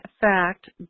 fact